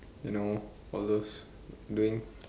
you know all those doing